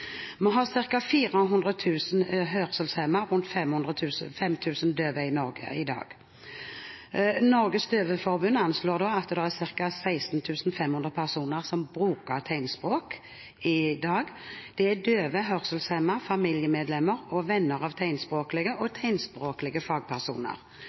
har ca. 400 000 hørselshemmede og rundt 5 000 døve i Norge i dag. Norges Døveforbund anslår at det er ca. 16 500 personer som bruker tegnspråk i dag. Dette er døve og hørselshemmede, familiemedlemmer og venner av tegnspråklige og